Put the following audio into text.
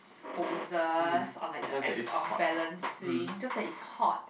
poses or like the acts of balancing just that is hot